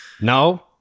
No